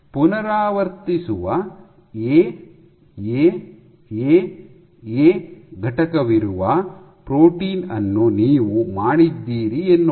ಪುನರಾವರ್ತಿಸುವ A A A A ಘಟಕವಿರುವ protein ಅನ್ನು ನೀವು ಮಾಡಿದ್ದೀರಿ ಎನ್ನೋಣ